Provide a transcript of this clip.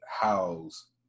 house